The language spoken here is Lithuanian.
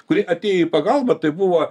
kuri atėjo į pagalbą tai buvo